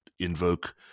invoke